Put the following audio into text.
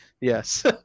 yes